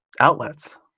Outlets